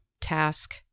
task